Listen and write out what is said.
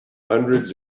hundreds